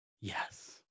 Yes